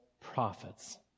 prophets